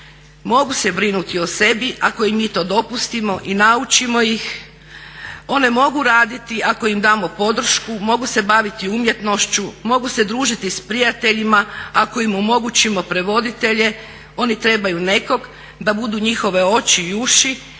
mogu se brinuti o sebi ako im mi to dopustimo i naučimo ih. One mogu raditi ako im damo podršku, mogu se baviti umjetnošću, mogu se družiti s prijateljima ako im omogućimo prevoditelje, oni trebaju nekog da budu njihove oči i uši